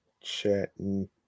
chatting